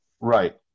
Right